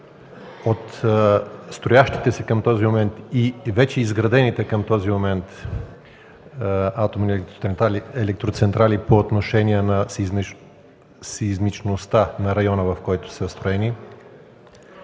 от строящите се към този момент и вече изградените към този момент атомни електроцентрали по отношение на сеизмичността на района, в който са строени?